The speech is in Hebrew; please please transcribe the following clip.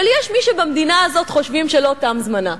אבל יש במדינה הזאת מי שחושבים שלא תם זמנה.